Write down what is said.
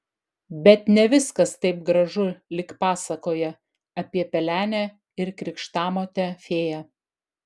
bet ne viskas taip gražu lyg pasakoje apie pelenę ir krikštamotę fėją